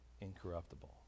incorruptible